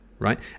right